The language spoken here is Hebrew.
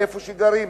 שגרים